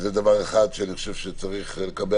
אני מבין